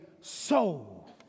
soul